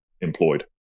Employed